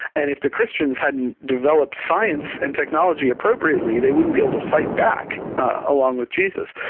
and if the christians hadn't developed science and technology appropriately they wouldn't be able to fight back along with jesus.